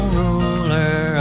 ruler